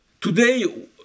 today